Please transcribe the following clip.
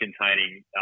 containing